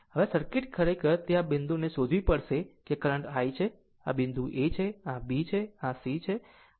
R આમ આ circuit ખરેખર તે આ બિંદુને શોધવી પડશે કે આ કરંટ Iછે અને આ બિંદુ a છે આ b છે આ C છે આ છે આ બિંદુ e છે આ f છે અને આ બિંદુ g છે